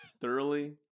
thoroughly